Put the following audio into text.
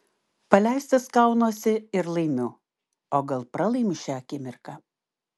paleistas kaunuosi ir laimiu o gal pralaimiu šią akimirką